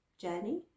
journey